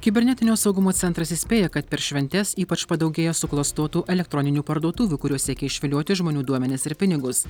kibernetinio saugumo centras įspėja kad per šventes ypač padaugėjo suklastotų elektroninių parduotuvių kurios siekia išvilioti žmonių duomenis ir pinigus